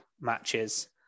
matches